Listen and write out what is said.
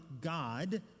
God